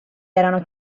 erano